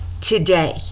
today